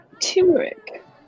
Turmeric